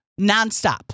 nonstop